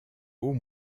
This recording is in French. haut